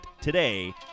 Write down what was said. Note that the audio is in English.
today